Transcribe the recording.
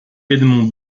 edmond